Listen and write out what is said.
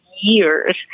years